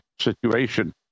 situation